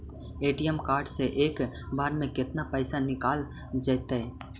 ATM card से एक बार में केतना पैसा निकल जइतै?